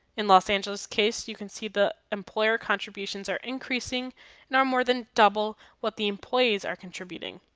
in los angeles case you can see the employer contributions are increasing and are more than double what the employees are contributing.